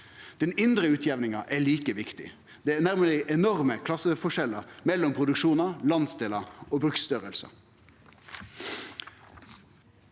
Den indre utjamninga er like viktig. Det er nemleg enorme klasseforskjellar mellom produksjonar, landsdelar og bruksstørrelse.